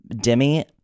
Demi